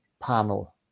panel